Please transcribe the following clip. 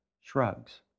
shrugs